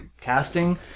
casting